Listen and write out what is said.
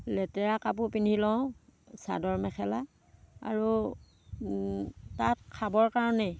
লেতেৰা কাপোৰ পিন্ধি লওঁ চাদৰ মেখেলা আৰু তাত খাবৰ কাৰণে